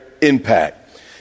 impact